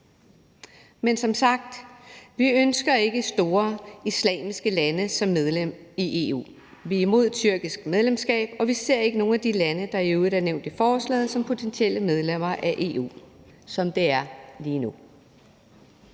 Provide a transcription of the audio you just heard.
Men som sagt ønsker vi ikke store islamiske lande som medlemmer af EU. Vi er imod et tyrkisk medlemskab, og vi ser ikke nogen af de lande, der i øvrigt er nævnt i forslaget, som potentielle medlemmer af EU, som det er lige nu.